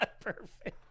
Perfect